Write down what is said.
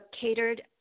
catered